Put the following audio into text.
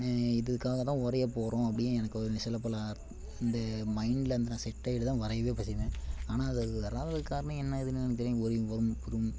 இதுக்காகதான் வரைய போகிறோம் அப்படின்னு எனக்கு சில பல இந்த மைண்ட்டில் வந்து நான் செட் ஆகிட்டுதான் வரையவே துவங்குவேன் ஆனால் அது வராததுக்கு காரணம் என்ன ஏதுன்னு எனக்கு தெரியும் ஓவியம் வரும்